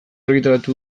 argitaratu